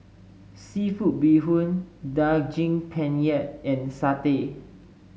seafood Bee Hoon Daging Penyet and satay